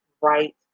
right